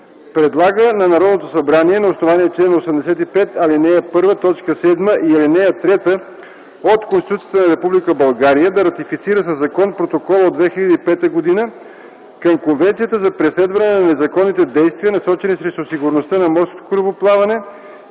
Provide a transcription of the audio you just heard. Предлага на Народното събрание на основание чл. 85, ал. 1, т. 7 и ал. 3 от Конституцията на Република България да ратифицира със закон Протокола от 2005 г. към Конвенцията за преследване на незаконните действия, насочени срещу сигурността на морското корабоплаване,